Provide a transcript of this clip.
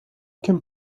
can